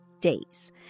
days